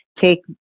take